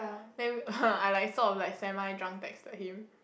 then I like I sort of like semi drunk texted him